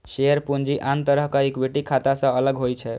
share पूंजी आन तरहक इक्विटी खाता सं अलग होइ छै